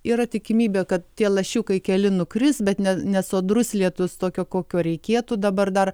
yra tikimybė kad tie lašiukai keli nukris bet ne nesodrus lietus tokio kokio reikėtų dabar dar